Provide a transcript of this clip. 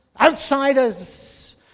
Outsiders